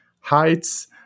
heights